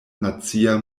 nacia